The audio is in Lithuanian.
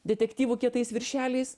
detektyvų kietais viršeliais